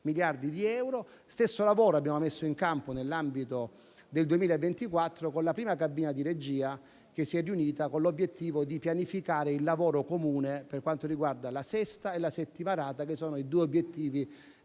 miliardi di euro. Abbiamo messo in campo lo stesso lavoro nell'ambito del 2024, con la prima cabina di regia che si è riunita con l'obiettivo di pianificare il lavoro comune per quanto riguarda la sesta e la settimana rata, che sono i due obiettivi